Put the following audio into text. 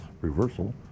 reversal